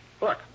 Look